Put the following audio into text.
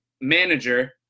manager